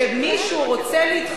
אין לו את הזכות שמי שהוא רוצה להתחתן